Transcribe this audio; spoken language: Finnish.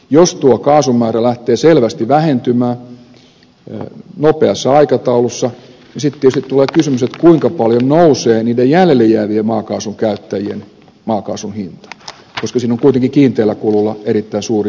jos tuo kaasumäärä lähtee selvästi vähentymään nopeassa aikataulussa niin sitten tietysti tulee kysymys kuinka paljon nousee niiden jäljelle jäävien maakaasunkäyttäjien maakaasun hinta koska siinä on kuitenkin kiinteällä kululla erittäin suuri osa kustannuksia